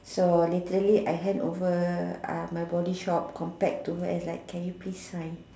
so literally I hand over my body shop compact to her and ask can you please sign